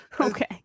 Okay